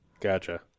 Gotcha